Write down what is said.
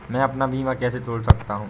मैं अपना बीमा कैसे तोड़ सकता हूँ?